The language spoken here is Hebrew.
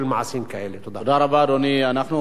אנחנו אכן עוברים להצבעה.